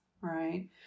right